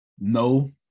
No